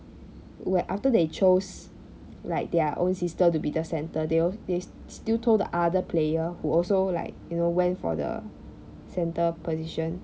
when after they chose like their own sister to be the centre they al~ they s~ still told the other player who also like you know went for the centre position